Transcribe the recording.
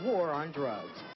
war on drugs